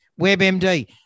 WebMD